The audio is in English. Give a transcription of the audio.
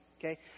okay